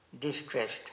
distressed